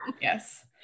Yes